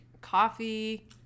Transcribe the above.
coffee